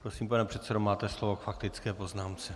Prosím, pane předsedo, máte slovo k faktické poznámce.